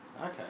Okay